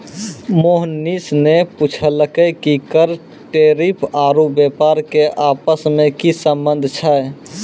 मोहनीश ने पूछलकै कि कर टैरिफ आरू व्यापार के आपस मे की संबंध छै